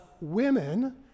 women